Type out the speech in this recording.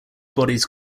bodies